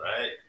Right